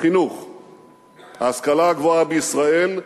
ההשכלה הגבוהה בישראל,